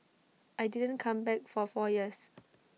I didn't come back for four years